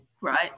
Right